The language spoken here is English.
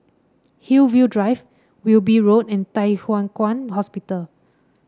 Hillview Drive Wilby Road and Thye Hua Kwan Hospital